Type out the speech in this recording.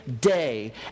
day